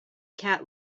cat